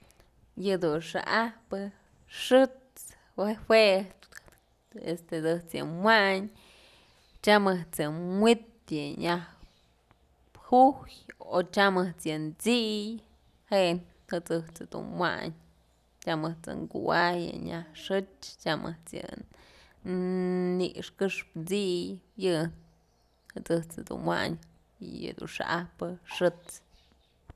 Yë dun xa'ajpë xët's jue ëjt's yë wayn tyam ëjt's tyam ëjt's yë wi'it nyaj pujyë o tyam ëjt's yë t'siy je'e ëjt's yëdun wayn tyam ëjt's yëdun kuay nyaj xëch tyam ëjt's yë ni'ix këxpë t'siy yë ëjt's dun wayn yëdun xa'ajpë xët's.